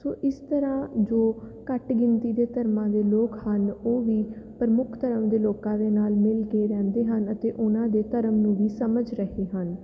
ਸੋ ਇਸ ਤਰ੍ਹਾਂ ਜੋ ਘੱਟ ਗਿਣਤੀ ਦੇ ਧਰਮਾਂ ਦੇ ਲੋਕ ਹਨ ਉਹ ਵੀ ਪ੍ਰਮੁੱਖ ਧਰਮ ਦੇ ਲੋਕਾਂ ਦੇ ਨਾਲ ਮਿਲ ਕੇ ਰਹਿੰਦੇ ਹਨ ਅਤੇ ਉਹਨਾਂ ਦੇ ਧਰਮ ਨੂੰ ਵੀ ਸਮਝ ਰਹੇ ਹਨ